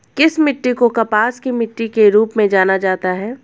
किस मिट्टी को कपास की मिट्टी के रूप में जाना जाता है?